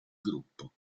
gruppo